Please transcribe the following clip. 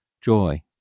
joy